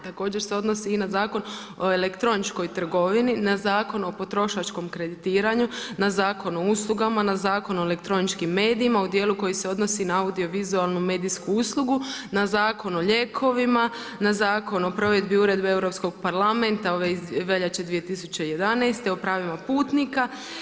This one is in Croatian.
Također se odnosi i na Zakon o elektroničkoj trgovini, na Zakon o potrošačkom kreditiranju, na Zakon o uslugama, na Zakon o elektroničkim medijima, u dijelu koji se odnosi na audio vizualnu medijsku uslugu, na Zakon o lijekovima, na Zakonu o provedbi uredbe Europskog parlamenta, ove iz veljače 2011. o pravima putnika.